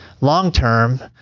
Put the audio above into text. long-term